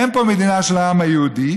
אין פה מדינה של העם היהודי,